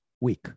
week